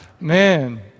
man